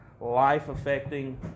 life-affecting